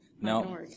no